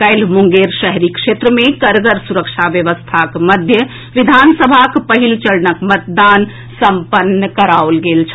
काल्हि मुंगेर शहरी क्षेत्र मे कड़गर सुरक्षा व्यवस्थाक मध्य विधानसभाक पहिल चरणक मतदान सम्पन्न कराओल गेल छल